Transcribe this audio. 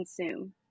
consume